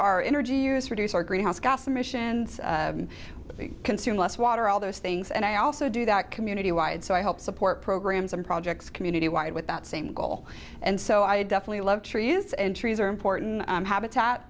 our energy use reduce our greenhouse gas emissions and consume less water all those things and i also do that community wide so i help support programs and projects community wide with that same goal and so i definitely love trees and trees are important habitat